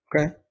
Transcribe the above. Okay